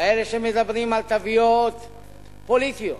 כאלה שמדברים על תוויות פוליטיות,